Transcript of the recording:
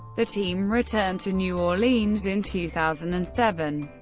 the team returned to new orleans in two thousand and seven.